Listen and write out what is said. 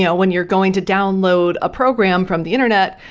yeah when you're going to download a program from the internet,